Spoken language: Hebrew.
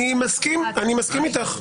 אני מסכים איתך.